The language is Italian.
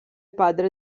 padre